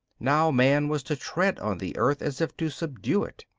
now man was to tread on the earth as if to subdue it.